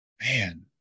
man